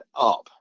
up